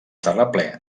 terraplè